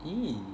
!ee!